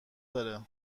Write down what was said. داره